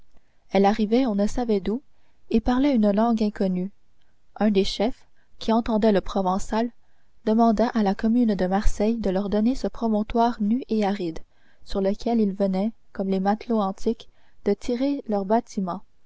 elle arrivait on ne savait d'où et parlait une langue inconnue un des chefs qui entendait le provençal demanda à la commune de marseille de leur donner ce promontoire nu et aride sur lequel ils venaient comme les matelots antiques de tirer leurs bâtiments